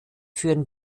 führen